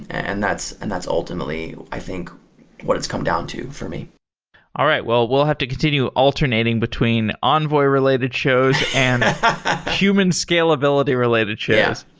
and that's and that's ultimately i think what it's come down to for me all right. well, we'll have to continue alternating between envoy related shows and human scalability related shows.